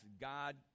God